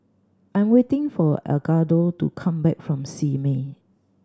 I am waiting for Edgardo to come back from Simei